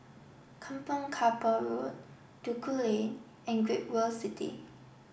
Kampong Kapor Road Duku Lane and Great World City